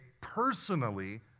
personally